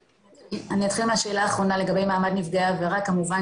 אני אתחיל בשאלה האחרונה לגבי מעמד נפגעי העבירות כמובן